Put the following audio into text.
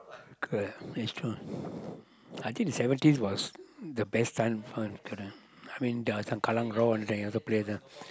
correct that's true I think seventies was the best time fun correct I mean from Kallang-Roar and other place lah